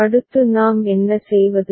அடுத்து நாம் என்ன செய்வது